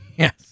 Yes